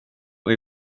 och